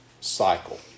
cycle